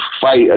fight